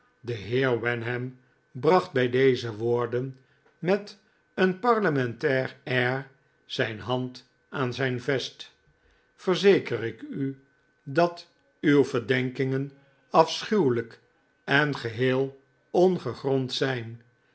de heer wenham bracht bij deze woorden met een parlementair air zijn hand aan zijn vest verzeker ik u dat uw verdenkingen afschuwelijk en geheel ongegrond zijn